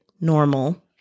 normal